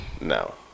No